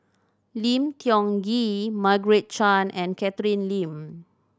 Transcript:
Lim Tiong Ghee Margaret Chan and Catherine Lim